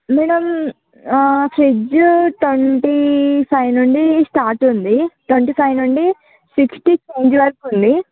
madam ఆ fridge twenty five నుండి start ఉంది ట్వంటీ ఫైవ్ నుండి సిక్స్టీ తౌసండ్ ఉంది